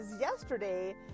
yesterday